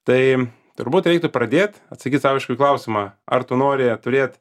tai turbūt reiktų pradėt atsakyt sau aišku į klausimą ar tu nori turėt